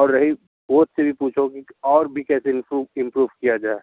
और रही कोच से भी पूछो कि और भी कैसे इम्प्रूव इम्प्रूव किया जाए